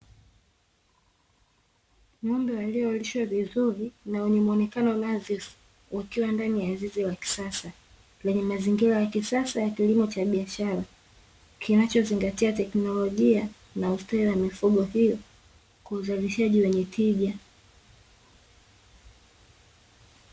Ng'ombe waliolishwa vizuri na wenye muonekano nadhifu, wakiwa ndani ya zizi la kisasa lenye mazingira ya kisasa ya kilimo cha biashara, kinachozingatia tekinolojia na ustawi wa mifugo hiyo kwa uzalishaji wenye tija.